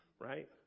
right